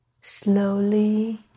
slowly